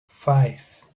five